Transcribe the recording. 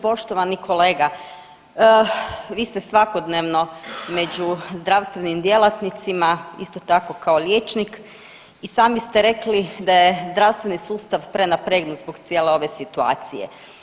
Poštovani kolega, vi ste svakodnevno među zdravstvenim djelatnicima isto tako kao liječnik i sami ste rekli da je zdravstveni sustav prenapregnut zbog cijele ove situacije.